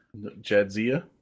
Jadzia